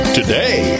today